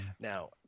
Now